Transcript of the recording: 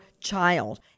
child